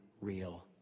real